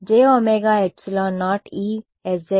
విద్యార్థి E s z